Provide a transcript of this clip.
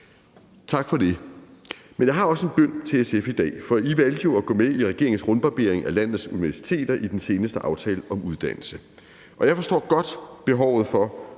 Tak for det. Men jeg har også en bøn til SF i dag, for I valgte jo at gå med i regeringens rundbarbering af landets universiteter i den seneste aftale om uddannelse. Jeg forstår godt behovet for